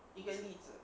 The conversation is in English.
一个例子